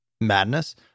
madness